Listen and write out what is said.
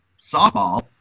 softball